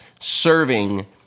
serving